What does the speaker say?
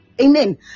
Amen